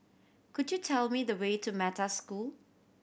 could you tell me the way to Metta School